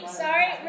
sorry